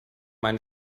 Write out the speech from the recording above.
einen